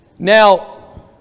Now